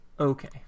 Okay